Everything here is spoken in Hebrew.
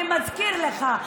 אני מזכירה לך,